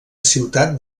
ciutat